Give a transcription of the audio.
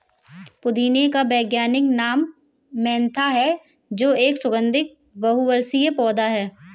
पुदीने का वैज्ञानिक नाम मेंथा है जो एक सुगन्धित बहुवर्षीय पौधा है